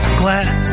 glad